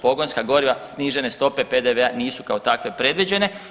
Pogonska goriva snižene stope PDV-a nisu kao takve predviđene.